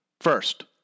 First